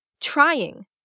Trying